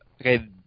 Okay